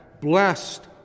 blessed